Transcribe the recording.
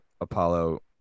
Apollo